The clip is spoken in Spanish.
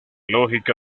lógica